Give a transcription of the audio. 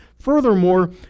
Furthermore